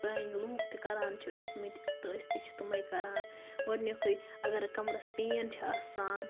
پرٛٲنۍ لوٗکھ تہِ کَران چھِ ٲسۍ مِتۍ تہٕ أسۍ تہِ چھِ تِمٔے کَران گۄڈنیٛکے اَگر کَمرَس پین چھِ آسان